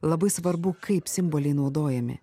labai svarbu kaip simboliai naudojami